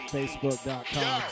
Facebook.com